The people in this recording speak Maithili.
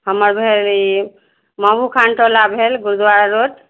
हमर भेल ई महबूब खान टोला भेल गुरुद्वारा रोड